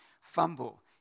fumble